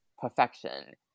Perfection